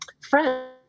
friend